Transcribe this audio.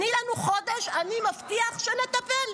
תני לנו חודש, אני מבטיח שנטפל.